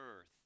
earth